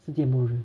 世界末日